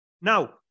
Now